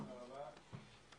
תודה רבה.